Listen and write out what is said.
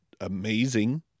amazing